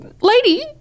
Lady